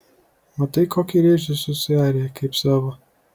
matai kokį rėžį susiarė kaip savo